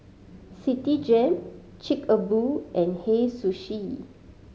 Citigem Chic a Boo and Hei Sushi